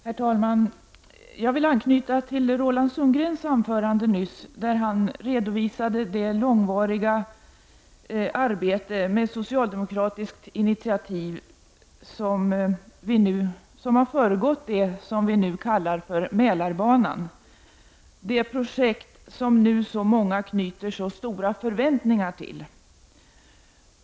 Herr talman! Jag vill anknyta till Roland Sundgrens anförande nyss, där han redovisade det långvariga arbete — på socialdemokratiskt initiativ — som föregått det som vi nu kallar Mälarbanan, det projekt som nu så många knyter så stora förväntningar till.